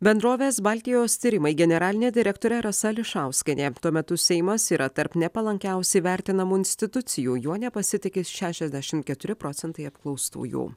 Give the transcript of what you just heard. bendrovės baltijos tyrimai generalinė direktorė rasa ališauskienė tuo metu seimas yra tarp nepalankiausiai vertinamų institucijų juo nepasitiki šešiasdešimt keturi procentai apklaustųjų